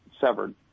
severed